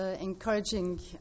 encouraging